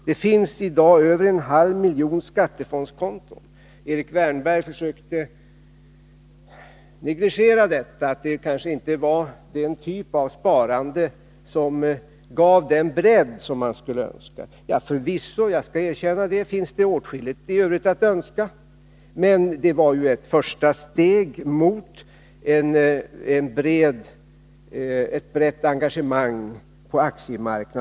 Det finns i dag över en halv miljon skattefondskonton. Erik Wärnberg förnekar att skattefondssparandet är den typ av sparande som ger den bredd som han önskar. Förvisso finns det åtskilligt i övrigt att önska — det erkänner jag. Men det var ju ett första steg mot ett brett engagemang på aktiemarknaden.